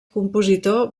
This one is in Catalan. compositor